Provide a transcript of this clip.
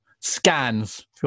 Scans